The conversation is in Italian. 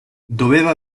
doveva